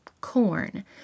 corn